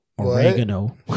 Oregano